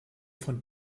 von